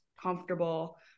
comfortable